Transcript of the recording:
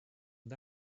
and